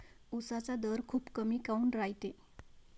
उसाचा दर खूप कमी काऊन रायते?